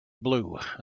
blue